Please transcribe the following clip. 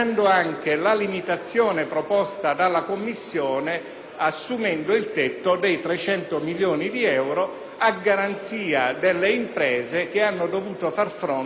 assumendo il tetto dei 300 milioni di euro a garanzia delle imprese che hanno dovuto far fronte a costi imprevisti determinati da